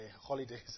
holidays